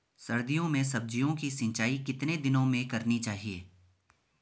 सर्दियों में सब्जियों की सिंचाई कितने दिनों में करनी चाहिए?